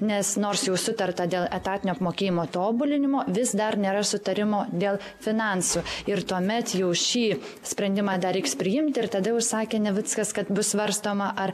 nes nors jau sutarta dėl etatinio apmokėjimo tobulinimo vis dar nėra sutarimo dėl finansų ir tuomet jau šį sprendimą dar reiks priimt ir tada jau sakė navickas kad bus svarstoma ar